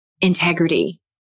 integrity